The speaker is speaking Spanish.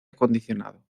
acondicionado